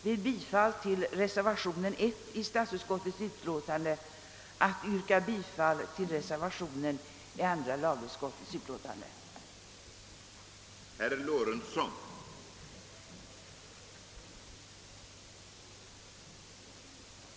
Vid bifall till reservalionen 1 i statsutskottets utlåtande kommer jag att yrka bifall till den vid andra lagutskottets utlåtande fogade reservationen.